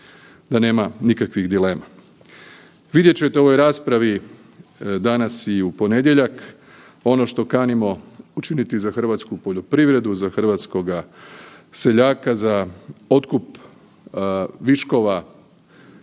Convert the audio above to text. da nema nikakvih dilema. Vidjet ćete u ovoj raspravi danas i u ponedjeljak ono što kanimo učiniti za hrvatsku poljoprivredu, za hrvatskoga seljaka, za otkup viškova